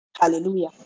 hallelujah